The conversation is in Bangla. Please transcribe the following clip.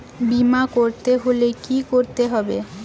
বিমা করতে হলে কি করতে হবে?